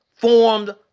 formed